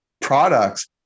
products